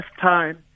time